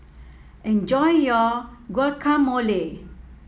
enjoy your Guacamole